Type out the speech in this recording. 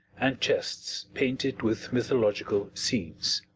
and chests painted with mythological scenes.